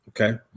Okay